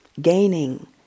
gaining